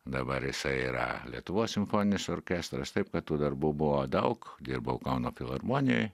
dabar jisai yra lietuvos simfoninis orkestras taip kad tų darbų buvo daug dirbau kauno filharmonijoj